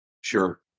Sure